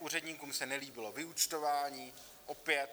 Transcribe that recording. Úředníkům se nelíbilo vyúčtování, opět.